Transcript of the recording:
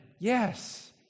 yes